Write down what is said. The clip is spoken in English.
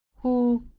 who,